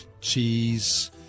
cheese